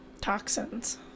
Toxins